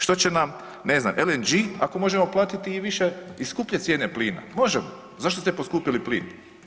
Što će nam ne znam, LNG ako možemo platiti i više i skuplje cijene plina, možemo, zašto ste poskupili plin?